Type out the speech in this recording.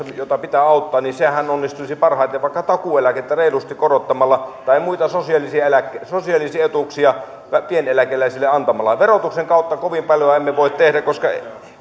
jota pitää auttaa sehän onnistuisi parhaiten vaikka takuueläkettä reilusti korottamalla tai muita sosiaalisia etuuksia pieneläkeläisille antamalla verotuksen kautta kovin paljoa emme voi tehdä koska